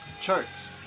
charts